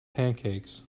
pancakes